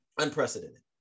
Unprecedented